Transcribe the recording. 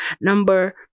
number